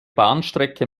bahnstrecke